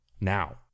now